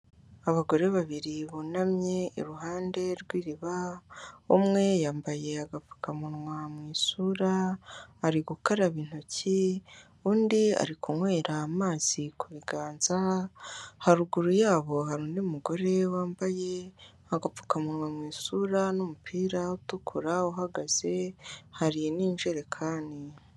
Abagore babiri bunamye iruhande rw'iriba, umwe yambaye agapfukamunwa mu isura ari gukaraba intoki, undi ari kunywera amazi ku biganza, haruguru yabo hari undi mugore wambaye agapfukamunwa mu isura n'umupira utukura uhagaze hari n'injerekani.